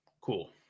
Cool